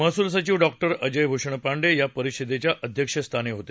महसूल सचिव डॉक्टर अजय भूषण पांडे या परिषदेच्या अध्यक्षस्थानी होते